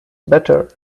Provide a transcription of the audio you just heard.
better